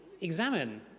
examine